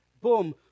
Boom